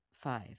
five